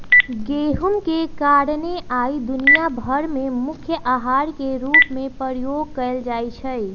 गेहूम के कारणे आइ दुनिया भर में मुख्य अहार के रूप में प्रयोग कएल जाइ छइ